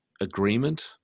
agreement